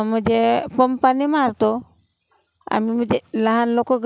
म्हणजे पंपानी मारतो आम्ही म्हणजे लहान लोकं